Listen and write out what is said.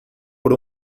por